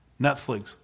Netflix